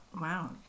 Wow